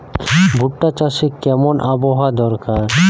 ভুট্টা চাষে কেমন আবহাওয়া দরকার?